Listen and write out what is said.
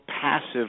passive